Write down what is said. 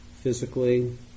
physically